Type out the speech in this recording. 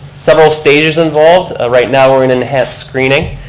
several stages involved. ah right now we're in enhanced screening.